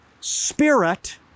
Spirit